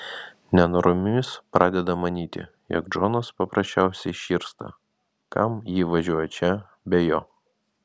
nenoromis pradeda manyti jog džonas paprasčiausiai širsta kam ji važiuoja čia be jo